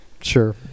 Sure